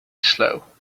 slow